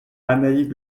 annaïg